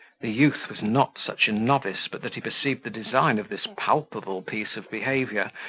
the youth was not such a novice but that he perceived the design of this palpable piece of behaviour,